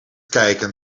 kijken